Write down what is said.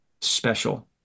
special